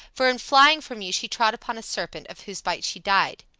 for in flying from you she trod upon a serpent, of whose bite she died.